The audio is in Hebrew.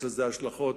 יש לזה השלכות